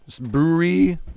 brewery